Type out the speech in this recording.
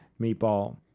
meatball